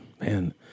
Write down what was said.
man